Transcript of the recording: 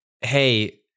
hey